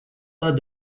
pas